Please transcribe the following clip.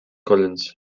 collins